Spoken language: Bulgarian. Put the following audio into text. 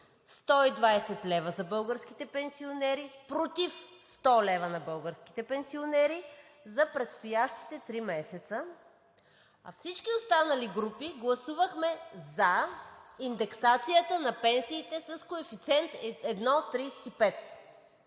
120 лв. за българските пенсионери, против 100 лв. на българските пенсионери за предстоящите три месеца, а всички останали групи гласувахме за индексацията на пенсиите с коефициент 1,35.